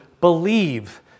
believe